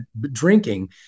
drinking